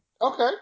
Okay